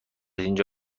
اینجا